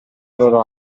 loro